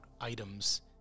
items